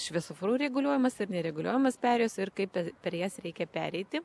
šviesoforu reguliuojamos ir nereguliuojamos perėjas ir kaip per jas reikia pereiti